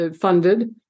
funded